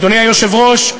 אדוני היושב-ראש,